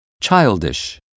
Childish